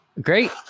Great